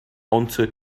onto